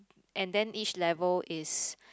and then each level is